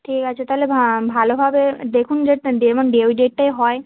ঠিক আছে তালে ভা ভালোভাবে দেখুন যেন ডে ওই ডেটটায় হয়